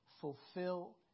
Fulfill